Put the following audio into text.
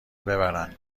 ببرن